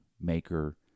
maker